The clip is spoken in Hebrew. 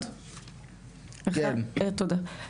אחד,